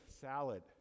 salad